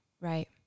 Right